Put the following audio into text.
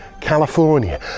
California